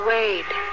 Wade